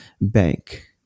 bank